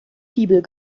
fibel